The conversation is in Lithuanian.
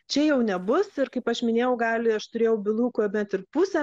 čia jau nebus ir kaip aš minėjau gali aš turėjau bylų kuomet ir pusė